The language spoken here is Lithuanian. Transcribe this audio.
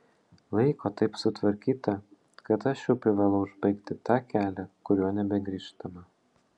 laiko taip sutvarkyta kad aš jau privalau užbaigti tą kelią kuriuo nebegrįžtama